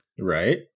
Right